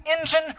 engine